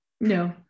no